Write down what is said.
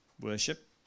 worship